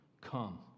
come